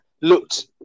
looked